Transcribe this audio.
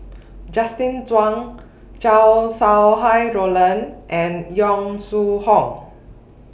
Justin Zhuang Chow Sau Hai Roland and Yong Shu Hoong